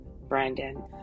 Brandon